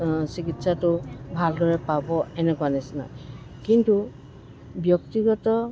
চিকিৎসাটো ভালদৰে পাব এনেকুৱা নিচিনা কিন্তু ব্যক্তিগত